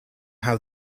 how